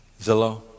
Zillow